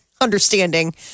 understanding